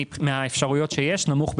מבין האפשרויות שיש נמוך,